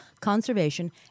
conservation